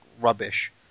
rubbish